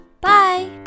Bye